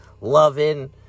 loving